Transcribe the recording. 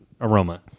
aroma